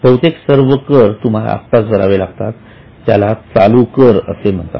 बहुतेक सर्व कर तुम्हाला आताच भरावे लागतात ज्याला चालू कर असे म्हणतात